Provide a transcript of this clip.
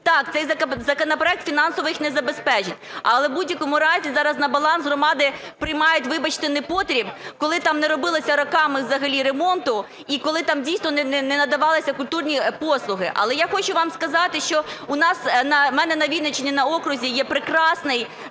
Так, цей законопроект фінансово їх не забезпечить. Але у будь-якому разі зараз на баланс громади приймають, вибачте, непотріб, коли там не робилось роками взагалі ремонту і коли там, дійсно, не надавались культурні послуги. Але я хочу вам сказати, що у нас, у мене на Вінниччині на окрузі є прекрасний